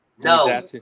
No